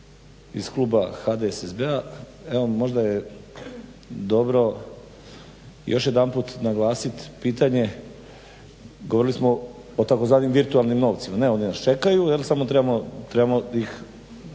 iz kluba HDSSB-a evo možda je dobro još jedanput naglasiti pitanje, govorili smo o tzv. virtualnim novcima, ne oni nas čekaju samo trebamo sve